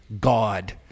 God